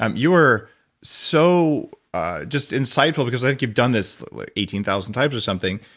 um you were so just, insightful, because like you've done this eighteen thousand times or something,